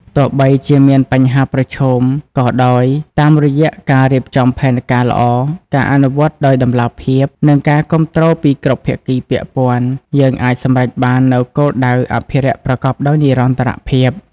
ទោះបីជាមានបញ្ហាប្រឈមក៏ដោយ តាមរយៈការរៀបចំផែនការល្អ ការអនុវត្តដោយតម្លាភាព និងការគាំទ្រពីគ្រប់ភាគីពាក់ព័ន្ធ យើងអាចសម្រេចបាននូវគោលដៅអភិរក្សប្រកបដោយនិរន្តរភាព។